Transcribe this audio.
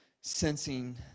sensing